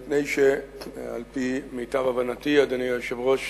מפני שעל-פי מיטב הבנתי, אדוני היושב-ראש,